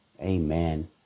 Amen